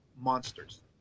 monsters